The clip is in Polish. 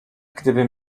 gdybym